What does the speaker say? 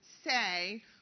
say